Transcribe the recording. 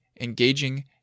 engaging